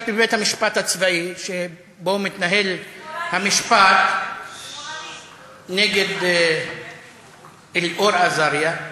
בבית-המשפט הצבאי שבו מתנהל המשפט נגד אלאור אזריה,